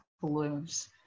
balloons